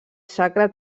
sacre